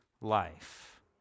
life